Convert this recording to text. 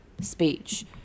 speech